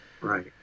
Right